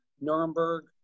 Nuremberg